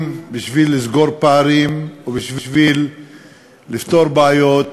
בשביל לסגור פערים ובשביל לפתור בעיות,